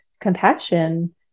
compassion